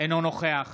אינו נוכח